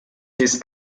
his